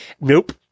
Nope